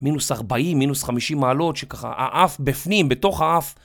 מינוס 40, מינוס 50 מעלות, שככה האף בפנים, בתוך האף...